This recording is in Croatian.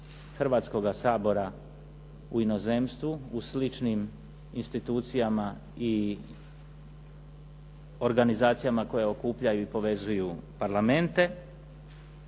Hrvatskoga sabora u inozemstvu, u sličnim institucijama i organizacijama koje okupljaju i povezuju parlamente,